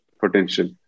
potential